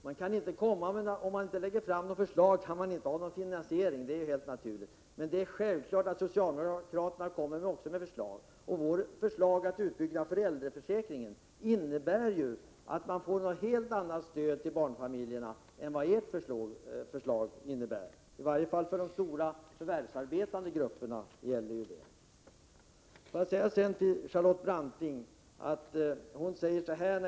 Men man kan inte ha någon finansiering om man inte lägger fram några förslag, det är helt naturligt. Det är självklart att också socialdemokraterna kommer med förslag. Vårt förslag för att bygga ut föräldraförsäkringen innebär ett helt annat stöd till barnfamiljerna än vad ert förslag innebär, i varje fall för de stora förvärvsarbetande grupperna. Sedan till Charlotte Branting.